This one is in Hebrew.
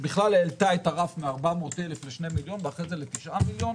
שבכלל העלתה את הרף מ-400,000 ל-2 מיליון ואחר כך ל-9 מיליון.